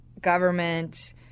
government